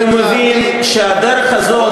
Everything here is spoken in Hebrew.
והוא מבין שהדרך הזאת,